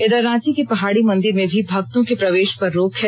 इधर रांची के पहाड़ी मंदिर में भी भक्तों के प्रवेष पर रोक है